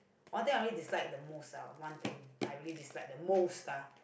one thing I really dislike the most ah one thing I really dislike the most ah